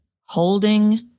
holding